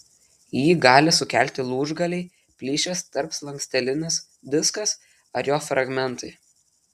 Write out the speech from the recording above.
jį gali sukelti lūžgaliai plyšęs tarpslankstelinis diskas ar jo fragmentai